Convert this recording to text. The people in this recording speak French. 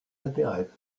intéresse